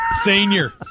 Senior